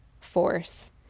force